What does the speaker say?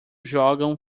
jogam